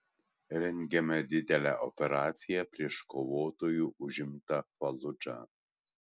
rengiame didelę operaciją prieš kovotojų užimtą faludžą